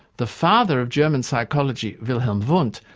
the father of german psychology, wilhelm wundt,